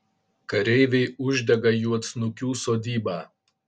kareiviai uždega juodsnukių sodybą